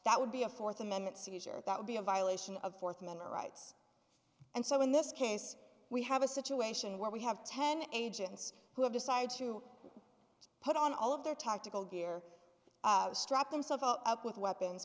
that would be a fourth amendment seizure that would be a violation of fourth amendment rights and so in this case we have a situation where we have ten agents who have decided to put on all of their tactical gear strap himself up with weapons